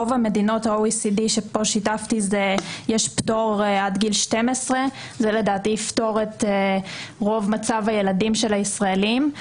ברוב מדינות ה-OECD יש פטור עד גיל 12. לדעתי זה יפתור את מצב הילדים של הישראלים.